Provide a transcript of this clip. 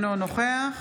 אינו נוכח